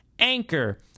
anchor